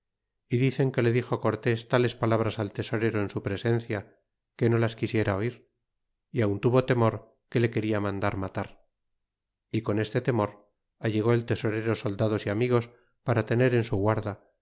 y dicen que le dixo cortes tales palabras al tesorero en su presencia que no las quisiera oir y aun tuvo temor que le que na mandar matar y con este temor allegó el tesorero soldados y amigos para tener en su guarda